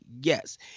yes